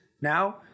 Now